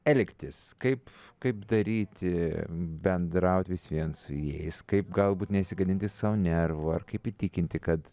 elgtis kaip kaip daryti bendraut vis vien su jais kaip galbūt nesigadinti sau nervų ar kaip įtikinti kad